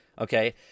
okay